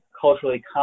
culturally